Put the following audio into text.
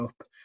up